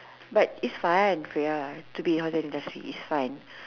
but it's fun ya to be in hotel industry it's fun